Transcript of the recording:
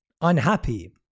unhappy